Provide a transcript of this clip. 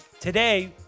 Today